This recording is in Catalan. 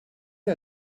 que